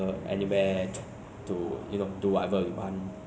所以我们过去马来西亚而做 swab test